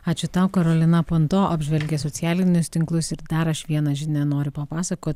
ačiū tau karolina panto apžvelgė socialinius tinklus ir dar aš vieną žinią noriu papasakot